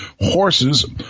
horses